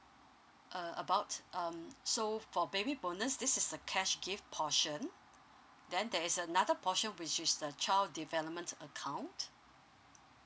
uh about um so for baby bonus this is a cash gift portion then there is another portion which is the child development account